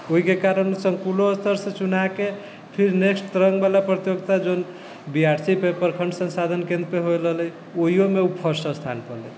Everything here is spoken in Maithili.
ओहिके कारण सङ्कुलो स्तरसँ चुनाकऽ फिर नेक्स्ट राउण्डवला प्रतियोगिता जोन बी आर सी प्रखण्ड संसाधन केन्द्रपर होलऽ रहलै ओहिओमे ओ फर्स्ट स्थानपर रहलै